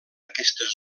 aquestes